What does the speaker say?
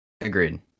Agreed